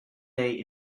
day